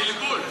בלבול.